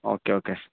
okay okay